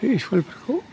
स्कुलफोरखौ